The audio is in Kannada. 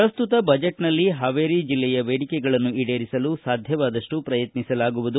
ಪ್ರಸ್ತುತ ಬಜೆಟ್ನಲ್ಲಿ ಹಾವೇರಿ ಜೆಲ್ಲೆಯ ಜನರ ಬೇಡಿಕೆಗಳನ್ನು ಈಡೇರಿಸಲು ಸಾಧ್ಯವಾದಪ್ಟು ಪ್ರಯತ್ನಿಸಲಾಗುವುದು